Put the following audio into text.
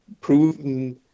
proven